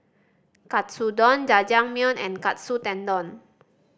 Katsudon Jajangmyeon and Katsu Tendon